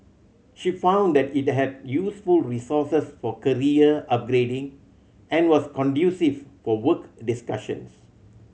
she found that it had useful resources for career upgrading and was conducive for work discussions